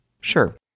Sure